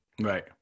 right